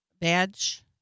badge